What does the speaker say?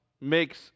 makes